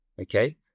okay